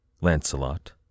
Lancelot